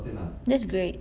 that's great